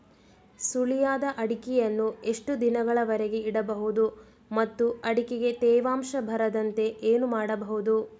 ಸುಲಿಯದ ಅಡಿಕೆಯನ್ನು ಎಷ್ಟು ದಿನಗಳವರೆಗೆ ಇಡಬಹುದು ಮತ್ತು ಅಡಿಕೆಗೆ ತೇವಾಂಶ ಬರದಂತೆ ಏನು ಮಾಡಬಹುದು?